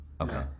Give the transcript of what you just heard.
Okay